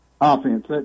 offense